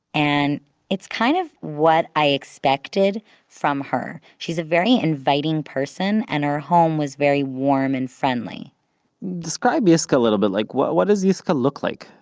and it's kind of what i expected from her. she's a very inviting person, and her home was very warm and friendly describe yiscah a little bit. like what what does yiscah look like?